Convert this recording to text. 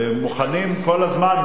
ומוכנים כל הזמן,